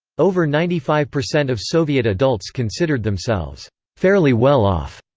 over ninety five percent of soviet adults considered themselves fairly well off.